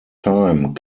time